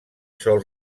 sol